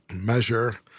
measure